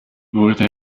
wurde